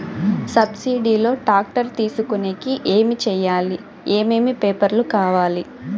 Subsidy లో tractor తీసుకొనేకి ఏమి చేయాలి? ఏమేమి పేపర్లు కావాలి?